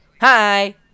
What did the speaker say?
hi